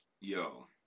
Yo